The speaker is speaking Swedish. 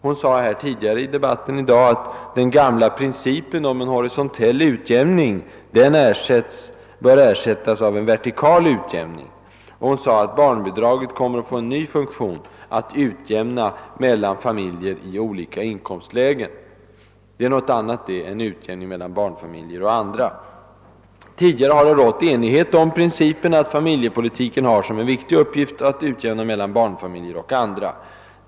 Hon sade tidigare i debatten i dag, att den gamla politiken om en horisontell ekonomisk utjämning i familjepolitiken bör ersättas med en princip om en vertikal utjämning mellan människor i olika inkomstlägen. Hon sade vidare, att >barnbidraget kan i framtiden få ytterligare en funktion, en funktion i utjämnande syfte mellan familjer i olika inkomstlägen>». Det är något annat det än en utjämning mellan barnfamiljer och andra! Tidigare har det rått enighet om att familjeprincipen har som viktig uppgift att utjämna mellan barnfamiljer och andra.